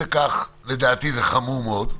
לדעתי זה חמור מאוד.